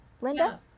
Linda